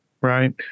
Right